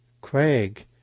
Craig